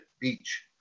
Beach